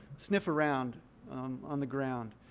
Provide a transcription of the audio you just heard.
sniff around on the ground.